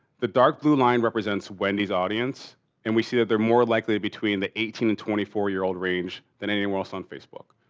the dark blue line represents wendy's audience and we see that they're more likely between the eighteen and twenty four year old range than anything else on facebook.